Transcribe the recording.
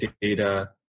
data